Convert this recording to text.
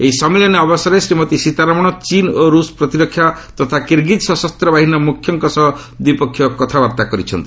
ଏହି ସମ୍ମିଳନୀ ଅବସରରେ ଶ୍ରୀମତୀ ସୀତାରମଣ ଚୀନ୍ ଓ ରୁଷ୍ର ପ୍ରତିରକ୍ଷାମନ୍ତ୍ରୀ ତଥା କିର୍ଗିଜ୍ ସଶସ୍ତ ବାହିନୀର ମୁଖ୍ୟଙ୍କ ସହ ଦ୍ୱିପକ୍ଷୀୟ କଥାବାର୍ତ୍ତା କରିଛନ୍ତି